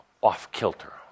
off-kilter